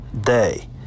Day